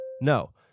no